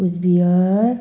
Cooch Behar